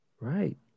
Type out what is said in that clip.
right